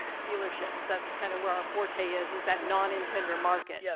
dealerships. that's kinda where our forte is, is that non-intender market. yeah